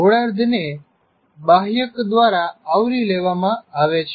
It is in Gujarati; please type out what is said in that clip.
ગોળાર્ધને બાહ્યક દ્વારા આવરી લેવામાં આવે છે